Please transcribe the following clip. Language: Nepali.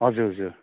हजुर हजुर